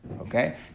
Okay